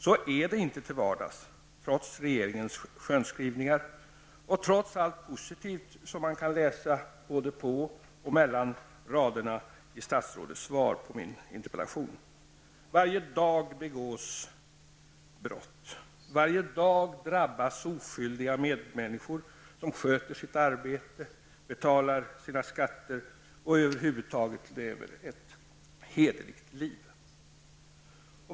Så är det inte till vardags, trots regeringens skönskrivningar och trots allt positivt man kan läsa både på och mellan raderna i statsrådets svar på min interpellation. Varje dag begås brott. Varje dag drabbas oskyldiga medmänniskor, som sköter sitt arbete, betalar sina skatter och över huvud taget lever ett hederligt liv.